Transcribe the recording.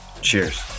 Cheers